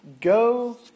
Go